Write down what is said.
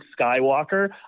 skywalker